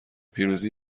پیروزی